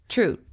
True